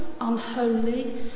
unholy